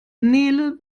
nele